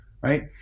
right